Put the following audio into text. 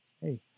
hey